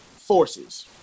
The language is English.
forces